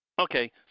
Okay